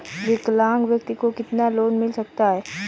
विकलांग व्यक्ति को कितना लोंन मिल सकता है?